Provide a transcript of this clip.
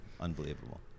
Unbelievable